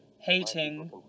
hating